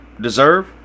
deserve